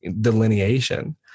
delineation